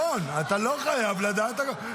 רון, אתה לא חייב לדעת הכול.